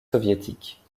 soviétique